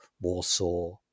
Warsaw